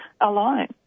alone